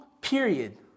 period